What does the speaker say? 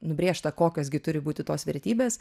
nubrėžta kokios gi turi būti tos vertybės